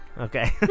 Okay